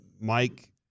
Mike